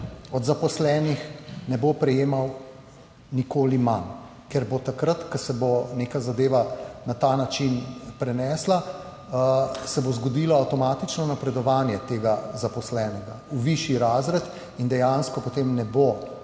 od zaposlenih ne bo prejemal nikoli manj, ker bo takrat, ko se bo neka zadeva na ta način prenesla, se bo zgodilo avtomatično napredovanje tega zaposlenega v višji razred in dejansko potem ne bo